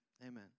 Amen